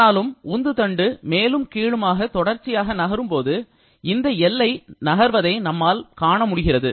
ஆனாலும் உந்து தண்டு மேலும் கீழுமாக தொடர்ச்சியாக நகரும்போது இந்த இல்லை நகர்வதை நம்மால் காணமுடிகிறது